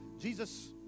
Jesus